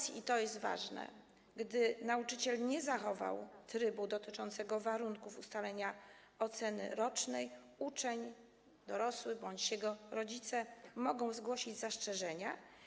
Jeżeli, i to jest ważne, nauczyciel nie zachował trybu dotyczącego warunków ustalania oceny rocznej, uczeń bądź jego rodzice mogą zgłosić zastrzeżenia.